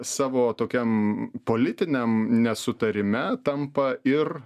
savo tokiam politiniam nesutarime tampa ir